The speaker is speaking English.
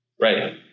Right